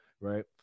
right